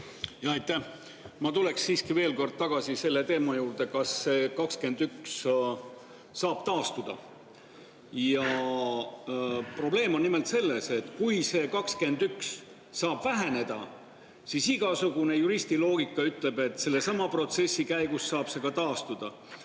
Aitäh! Ma tuleks siiski veel kord tagasi selle teema juurde, kas see arv 21 saab taastuda. Probleem on nimelt selles, et kui see 21 saab väheneda, siis igasugune juristiloogika ütleb, et sellesama protsessi käigus saab see ka taastuda.